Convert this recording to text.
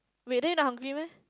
wait then not hungry meh